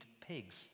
pigs